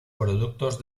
productos